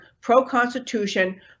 pro-constitution